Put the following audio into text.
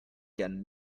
can